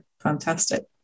Fantastic